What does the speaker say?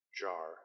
jar